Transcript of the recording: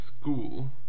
school